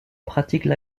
pratiquent